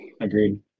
agreed